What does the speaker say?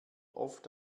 oft